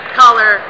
color